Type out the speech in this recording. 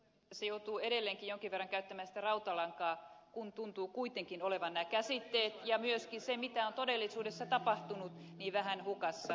tässä joutuu edelleenkin jonkin verran käyttämään sitä rautalankaa kun tuntuvat kuitenkin olevan nämä käsitteet ja myöskin se mitä on todellisuudessa tapahtunut vähän hukassa